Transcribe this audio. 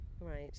Right